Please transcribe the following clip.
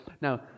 Now